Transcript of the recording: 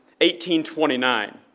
1829